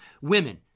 women